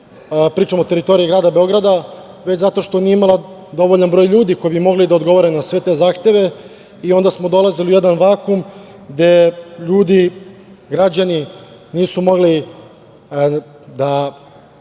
pričam o teritoriji grada Beograda, već zato što nije imala dovoljan broj ljudi koji bi mogli da odgovore na sve te zahteve. Onda smo dolazili u jedan vakum gde ljudi, građani nisu mogli da